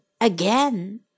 again